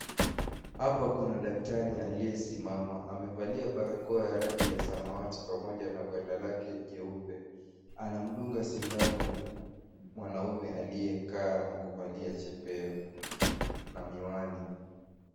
Apa kuna daktari aliyesimama amevalia barakoa ya rangi ya samawati Pamoja na gwanda lake jeupe anamdunga sindano mwanaume aliyekaa na kuvalia chepeo na miwani.